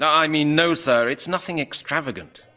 i mean, no, sir! it's nothing extravagant.